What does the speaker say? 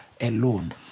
alone